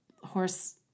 horse